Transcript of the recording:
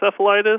encephalitis